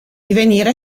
divenire